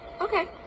okay